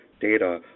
data